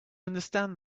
understand